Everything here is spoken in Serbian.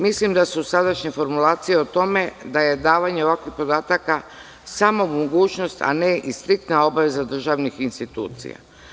Mislim da su sadašnje formulacije o tome da je davanje roka podataka samo mogućnost, a ne i striktna obaveza državnih institucija.